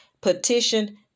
petition